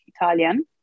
Italian